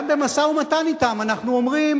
גם במשא-ומתן אתם אנחנו אומרים,